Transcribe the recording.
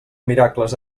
miracles